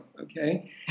Okay